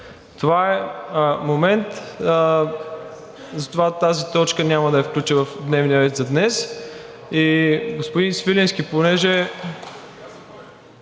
на събитията. Затова тази точка няма да я включа в дневния ред за днес.